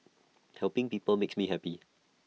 helping people makes me happy